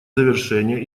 завершения